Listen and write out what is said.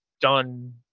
Done